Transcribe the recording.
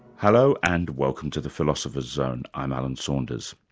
hello and welcome to the philosopher's zone. i'm alan saunders.